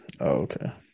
Okay